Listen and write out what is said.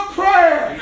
prayer